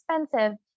expensive